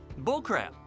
bullcrap